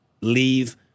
leave